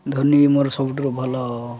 ଧୋନି ମୋର ସବୁଠାରୁ ଭଲ